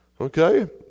Okay